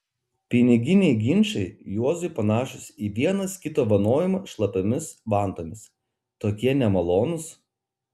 piniginiai ginčai juozui panašūs į vienas kito vanojimą šlapiomis vantomis tokie nemalonūs